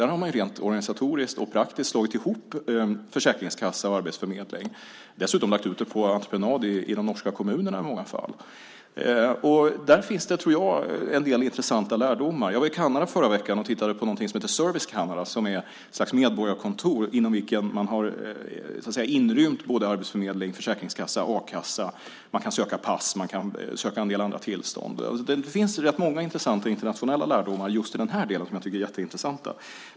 Där har man rent organisatoriskt och praktiskt slagit ihop försäkringskassa och arbetsförmedling, och dessutom i många fall lagt ut det på entreprenad i de norska kommunerna. Där tror jag att det finns en del intressanta lärdomar. Jag var i Kanada förra veckan och tittade på något som heter Service Canada. Det är ett slags medborgarkontor inom vilka man har inrymt arbetsförmedling, försäkringskassa och a-kassa. Man kan också söka pass och en del andra tillstånd. Det finns rätt många internationella lärdomar just i den här delen som jag tycker är jätteintressanta.